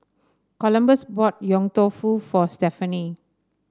Columbus bought Yong Tau Foo for Stephany